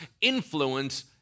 influence